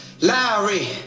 Lowry